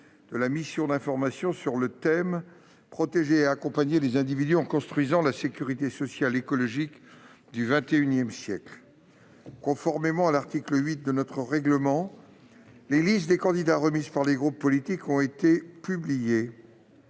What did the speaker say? de la mission d'information sur le thème :« Protéger et accompagner les individus en construisant la sécurité sociale écologique du XXI siècle. » Conformément à l'article 8 du règlement, les listes des candidats remises par les groupes politiques ont été publiées.